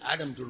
Adam